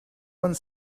one